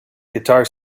guitar